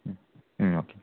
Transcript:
ம் ம் ஓகே